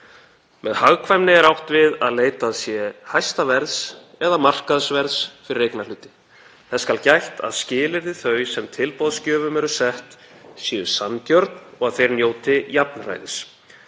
Með hagkvæmni er átt við að leitað sé hæsta verðs eða markaðsverðs fyrir eignarhluti. Þess skal gætt að skilyrði þau sem tilboðsgjöfum eru sett séu sanngjörn og að þeir njóti jafnræðis.